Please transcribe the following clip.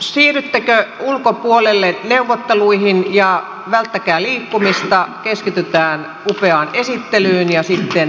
siirryttekö ulkopuolelle neuvotteluihin ja välttäkää liikkumista keskitytään upeaan esittelyyn ja sitten reipas keskustelu